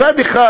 מצד אחד,